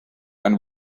and